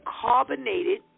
carbonated